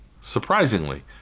surprisingly